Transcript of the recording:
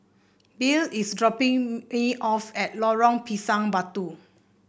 Billye is dropping A off at Lorong Pisang Batu